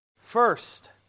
First